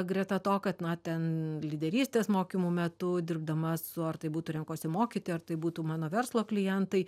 greta to kad na ten lyderystės mokymų metu dirbdama su ar tai būtų renkuosi mokyti ar tai būtų mano verslo klientai